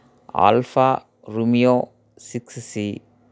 alpha Romeo six C